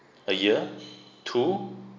a year two